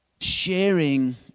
sharing